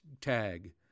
tag